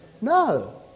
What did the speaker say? No